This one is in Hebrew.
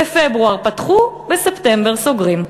בפברואר פתחו, בספטמבר סוגרים.